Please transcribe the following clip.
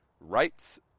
rights